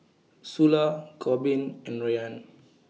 Sula Korbin and Ryann